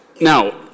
Now